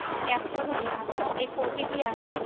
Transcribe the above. अच्छा कॅप्चा भरला आता एक ओ टी पी आला आहे